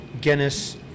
Guinness